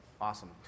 Awesome